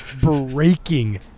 breaking